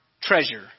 treasure